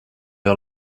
are